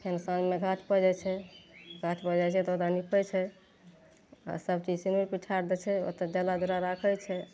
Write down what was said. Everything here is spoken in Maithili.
फेन साँझमे घाटपर जाइ छै घाटपर जाइ छै तऽ ओतऽ नीपय छै आओर सब चीज सेनुर पिठार देखय ओतऽ डाला दौड़ा राखय छै